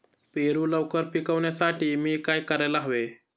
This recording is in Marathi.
पेरू लवकर पिकवण्यासाठी मी काय करायला हवे?